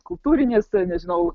kultūrinis nežinau